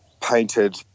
painted